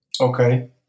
Okay